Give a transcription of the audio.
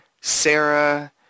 Sarah